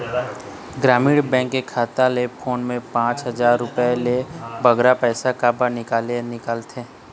ग्रामीण बैंक के खाता ले फोन पे मा पांच हजार ले बगरा पैसा काबर निकाले निकले?